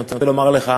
אני רוצה לומר לך,